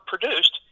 produced